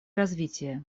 развития